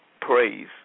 Praise